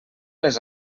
les